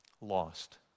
lost